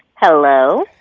hello?